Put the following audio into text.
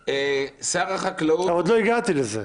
שר החקלאות -- עוד לא הגעתי לזה.